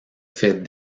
fait